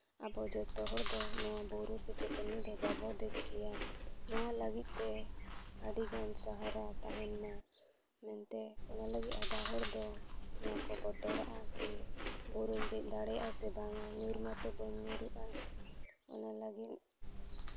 ᱟᱵᱚ ᱡᱚᱛᱚ ᱦᱚᱲ ᱫᱚ ᱱᱚᱣᱟ ᱵᱩᱨᱩ ᱥᱮ ᱪᱟᱹᱴᱟᱹᱱᱤ ᱫᱚ ᱵᱟᱵᱚ ᱫᱮᱡ ᱠᱮᱜᱼᱟ ᱱᱚᱣᱟ ᱞᱟᱹᱜᱤᱫ ᱛᱮ ᱟᱹᱰᱤᱜᱟᱱ ᱥᱟᱦᱟᱨᱟ ᱛᱟᱦᱮᱱ ᱢᱟ ᱢᱮᱱᱛᱮ ᱚᱱᱟ ᱞᱟᱹᱜᱤᱫ ᱟᱫᱷᱟ ᱦᱚᱲ ᱫᱚ ᱱᱚᱣᱟ ᱠᱚ ᱵᱚᱛᱚᱨᱟᱜᱼᱟ ᱠᱤ ᱵᱩᱨᱩᱧ ᱫᱮᱡ ᱫᱟᱲᱮᱭᱜᱼᱟ ᱥᱮ ᱵᱟᱝᱟ ᱧᱩᱨ ᱢᱟᱛᱚ ᱵᱟᱹᱧ ᱧᱩᱨᱩᱜᱼᱟ ᱚᱱᱟ ᱞᱟᱹᱜᱤᱫ